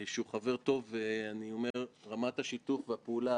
במערכת הפיננסית במדינת ישראל.